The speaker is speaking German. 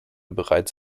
bereits